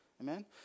Amen